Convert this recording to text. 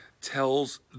tells